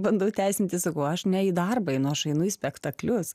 bandau teisintis sakau aš ne į darbą einu aš einu į spektaklius